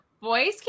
boys